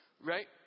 right